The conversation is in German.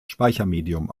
speichermedium